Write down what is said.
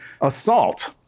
assault